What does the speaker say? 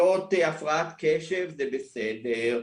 להיות הפרעת קשב זה בסדר,